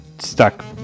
stuck